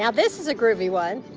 yeah this is a groovy one.